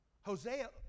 Hosea